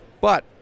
But-